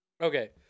Okay